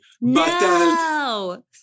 No